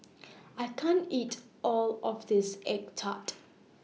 I can't eat All of This Egg Tart